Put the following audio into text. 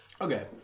Okay